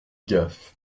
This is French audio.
gaffe